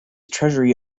treasury